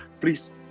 please